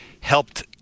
helped